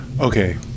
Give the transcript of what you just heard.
Okay